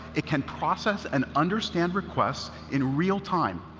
it can process and understand requests in real time,